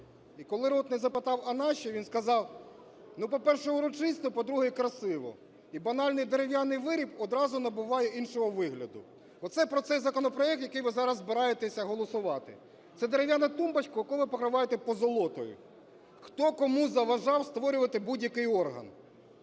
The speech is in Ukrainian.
І коли ротний запитав: "А нащо?" Він сказав: "Ну, по-перше, урочисто, по-друге, красиво". І банальний дерев'яний виріб одразу набуває іншого вигляду. Оце про цей законопроект, який ви зараз збираєтеся голосувати – це дерев'яна тумбочка, яку ви покриваєте позолотою. Хто кому заважав створювати будь-який орган?